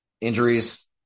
Injuries